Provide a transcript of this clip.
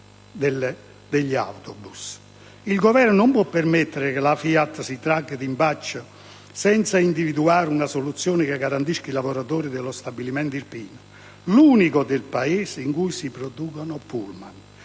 Il Governo non può permettere che la FIAT si tragga d'impaccio senza individuare una soluzione che garantisca i lavoratori dello stabilimento irpino, l'unico nel Paese in cui si producono pullman.